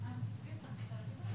משפטית אני יודע שאין.